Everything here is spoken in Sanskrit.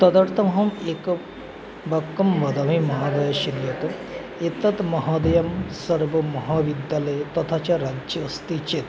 तदर्थमहम् एकं वाक्यं वदामि महादयस्य निमित्तं एतत् महोदयं सर्वमहाविद्यालये तथा च राज्ये अस्ति चेत्